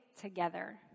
together